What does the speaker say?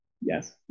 Yes